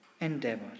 endeavor